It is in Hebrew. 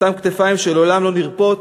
אותן כתפיים שלעולם לא נרפות,